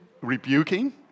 rebuking